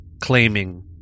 claiming